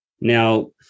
Now